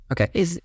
okay